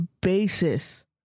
basis